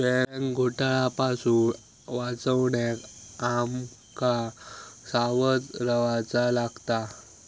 bank घोटाळा पासून वाचण्याक आम का सावध रव्हाचा लागात